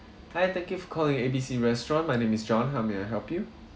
hi thank you for calling A B C restaurant my name is john how may I help you